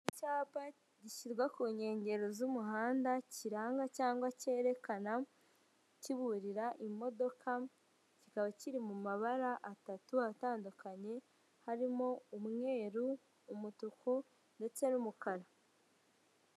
Icyapa gishyirwa ku nkengero z'umuhanda kiranga cyangwa cyerekana kiburira imodoka kikaba kiri mu mabara atatu atandukanye harimo umweru, umutuku ndetse n'umukara.